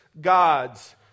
gods